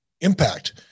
impact